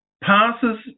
passes